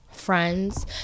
friends